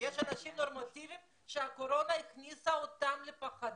יש אנשים נורמטיביים שהקורונה הכניסה אותם לפחדים,